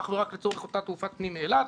אך ורק לצורך אותה תעופת פנים מאילת,